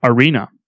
Arena